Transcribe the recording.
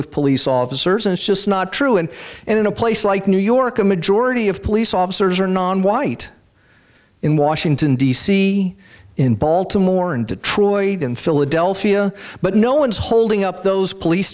with police officers and it's just not true and and in a place like new york a majority of police officers are nonwhite in washington d c in baltimore and detroit and philadelphia but no one is holding up those police